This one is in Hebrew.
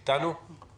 שלום.